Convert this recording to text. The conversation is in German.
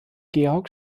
georg